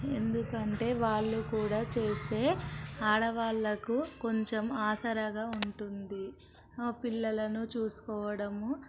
ఎందుకంటే వాళ్లు కూడా చేస్తే ఆడవాళ్లకు కొంచెం ఆసరాగా ఉంటుంది ఆ పిల్లలను చూసుకోవడం